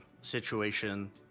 situation